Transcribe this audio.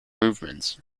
movements